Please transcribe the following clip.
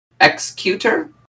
Executor